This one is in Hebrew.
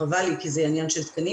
חבל לי כי זה עניין של תקנים.